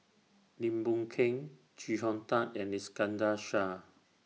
Lim Boon Keng Chee Hong Tat and Iskandar Shah